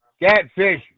Catfish